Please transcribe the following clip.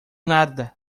nada